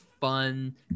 fun